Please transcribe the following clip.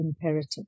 imperative